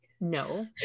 no